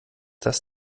das